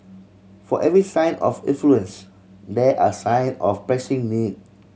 for every sign of affluence there are sign of pressing need